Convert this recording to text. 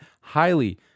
highly